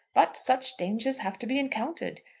but such dangers have to be encountered.